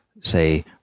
say